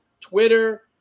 Twitter